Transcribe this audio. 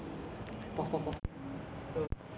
去 Facebook 去 I_G